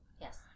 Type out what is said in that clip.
yes